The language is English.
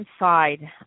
inside